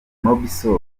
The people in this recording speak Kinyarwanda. mobisol